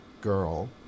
girl